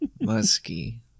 musky